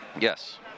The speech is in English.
Yes